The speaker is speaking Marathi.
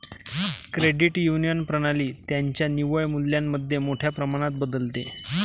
क्रेडिट युनियन प्रणाली त्यांच्या निव्वळ मूल्यामध्ये मोठ्या प्रमाणात बदलते